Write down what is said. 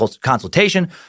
consultation